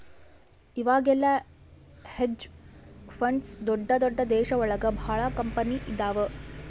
ಇವಾಗೆಲ್ಲ hedge funds ದೊಡ್ದ ದೊಡ್ದ ದೇಶ ಒಳಗ ಭಾಳ ಕಂಪನಿ ಇದಾವ